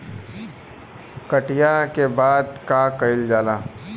कटिया के बाद का कइल जाला?